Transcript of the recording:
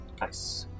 Nice